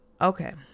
Okay